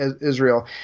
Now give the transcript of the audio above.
Israel